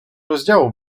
rozdziału